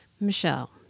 Michelle